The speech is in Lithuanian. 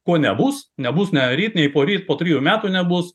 ko nebus nebus nei ryt nei poryt po trijų metų nebus